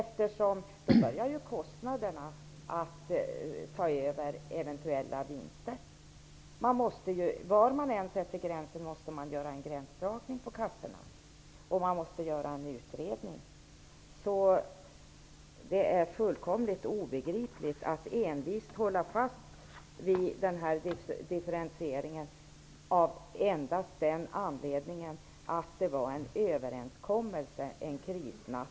Då börjar kostnaderna att ta över eventuella vinster. Var man än sätter gränsen måste man göra en gränsdragning hos försäkringskassorna, och man måste göra en utredning. Det är fullkomligt obegripligt att envist hålla fast vid denna differentiering av endast den anledningen att det gjordes en överenskommelse en krisnatt.